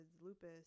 lupus